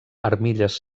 armilles